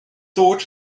thought